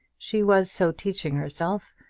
she was so teaching herself,